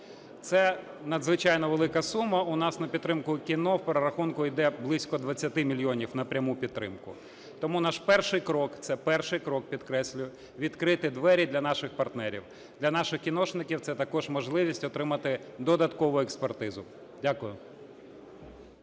Це надзвичайно велика сума. У нас на підтримку кіно в перерахунку йде близько 20 мільйонів на пряму підтримку. Тому наш перший крок, це перший крок, підкреслюю – відкрити двері для наших партнерів. Для наших кіношників це також можливість отримати додаткову експертизу. Дякую.